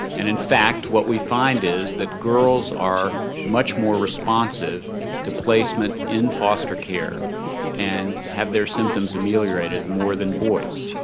and in fact what we find is that girls are much more responsive to placement in foster care and have their symptoms ameliorated ameliorated more than boys.